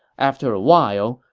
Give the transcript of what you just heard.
after a while,